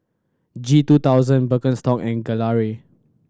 G two thousand Birkenstock and Gelare